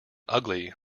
ugly